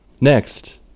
Next